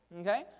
Okay